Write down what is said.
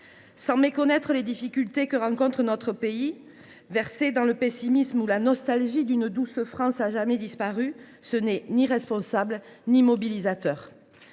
Sans méconnaître les difficultés que rencontre notre pays, verser dans le pessimisme ou la nostalgie d’une douce France à jamais disparue ne serait ni responsable ni mobilisateur.